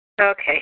Okay